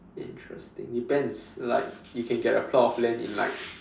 interesting depends like you can get a plot of land in like